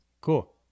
Cool